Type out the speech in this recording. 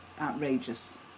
outrageous